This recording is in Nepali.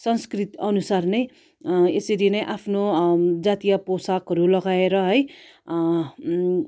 आफ्नो संस्कृति अनुसार नै यसरी नै आफ्नो जातीय पोसाकहरू लगाएर है